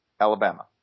Alabama